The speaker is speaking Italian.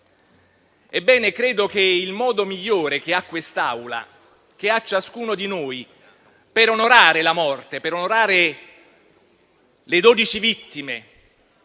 Ebbene, credo che il modo migliore che ha quest'Assemblea e ciascuno di noi per onorare la morte, per onorare le dodici vittime,